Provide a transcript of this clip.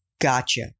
Gotcha